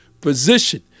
position